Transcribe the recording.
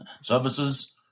services